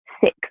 six